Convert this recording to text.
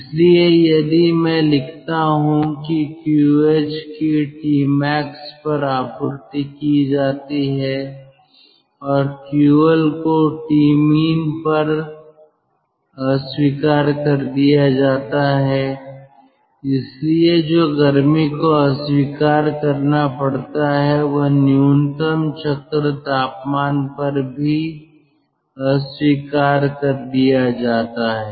इसलिए यदि मैं लिखता हूं कि QH की Tmax पर आपूर्ति की जाती है और QL को Tmin पर अस्वीकार कर दिया जाता है इसलिए जो गर्मी को अस्वीकार करना पड़ता है वह न्यूनतम चक्र तापमान पर भी अस्वीकार कर दिया जाता है